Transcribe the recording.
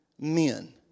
men